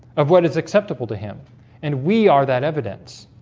of what is acceptable to him and we are that evidence